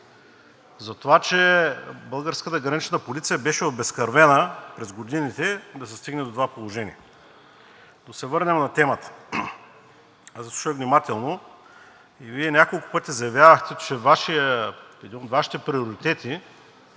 затова че българската Гранична полиция беше обезкървена през годините, за да се стигне до това положение, но да се върнем на темата. Слушах внимателно и Вие няколко пъти заявявахте, че един от Вашите приоритети